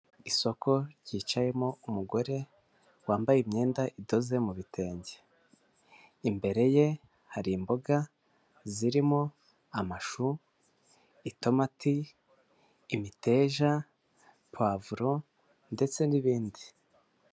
Isoko ryicayemo umugore wambaye imyenda idoze mu bitenge, imbere ye hari imboga zirimo amashu, itomati, imiteja ,puwavuro ndetse n'ibindi.